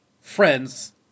friends